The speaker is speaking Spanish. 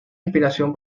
inspiración